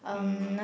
mmhmm